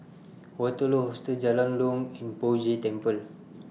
Waterloo Hostel Jalan Jong and Poh Jay Temple